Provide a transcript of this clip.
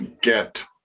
get